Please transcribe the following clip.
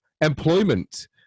employment